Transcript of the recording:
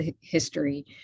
history